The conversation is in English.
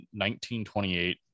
1928